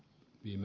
puhemies